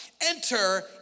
Enter